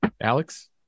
Alex